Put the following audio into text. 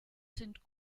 sind